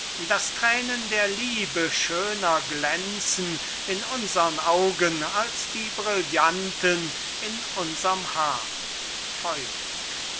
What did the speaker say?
daß thränen der liebe schöner glänzen in unsern augen als die brillanten in unserm haar